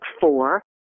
four